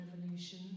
revolution